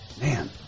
man